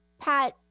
Pat